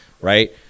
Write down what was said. right